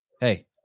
Hey